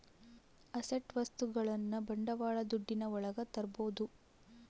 asset ವಸ್ತುಗಳನ್ನ ಬಂಡವಾಳ ದುಡ್ಡಿನ ಒಳಗ ತರ್ಬೋದು